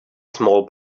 small